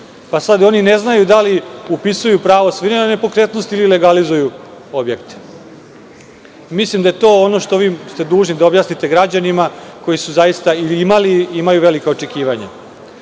Sada oni ne znaju da li upisuju pravo svojine na nepokretnosti ili legalizuju objekte. Mislim da je to ono što ste dužni da objasnite građanima koji su zaista imali i imaju velika očekivanja. Ono